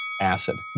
acid